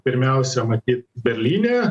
pirmiausia matyt berlyne